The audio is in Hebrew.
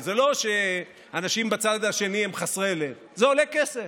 זה לא שאנשים בצד השני הם חסרי לב, זה עולה כסף.